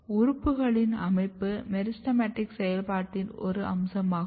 உறுப்புகளின் அமைப்பு மெரிஸ்டெமடிக் செயல்பாட்டின் ஒரு அம்சமாகும்